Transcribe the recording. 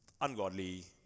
ungodly